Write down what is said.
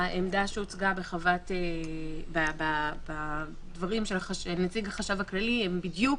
העמדה שהוצגה בדברים של נציג החשב הכללי היא בדיוק